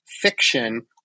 fiction